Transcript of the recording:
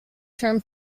term